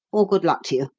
all good luck to you,